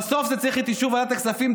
בסוף זה צריך את אישור ועדת הכספים.